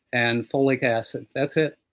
and folic acid, that's it.